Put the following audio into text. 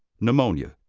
pneumonia,